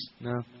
No